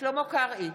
שלמה קרעי,